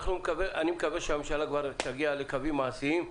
אני מקווה שהממשלה תגיע לקווים מעשיים.